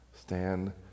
stand